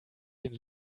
den